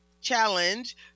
challenge